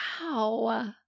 Wow